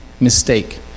mistake